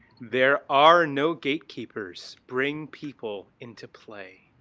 there are no gatekeepers, bring people into play,